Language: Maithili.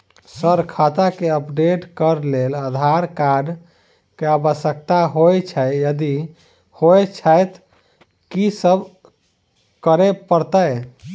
सर खाता केँ अपडेट करऽ लेल आधार कार्ड केँ आवश्यकता होइ छैय यदि होइ छैथ की सब करैपरतैय?